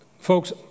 folks